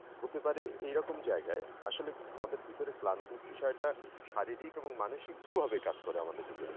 হতে পারে এইরকম জায়গায় আসলে আমাদের ভিতরে ক্লান্তির বিষয়টা শারীরিক এবং মানসিক দুভাবে কাজ করে আমাদের ভিতরে